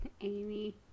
Amy